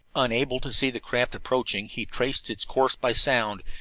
unable to see the craft approaching, he traced its course by sound,